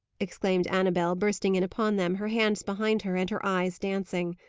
exclaimed annabel, bursting in upon them, her hands behind her, and her eyes dancing.